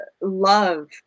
love